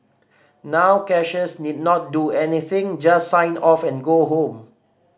now cashiers need not do anything just sign off and go home